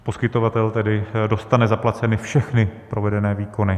Poskytovatel tedy dostane zaplaceny všechny provedené výkony.